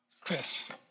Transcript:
Chris